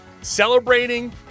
celebrating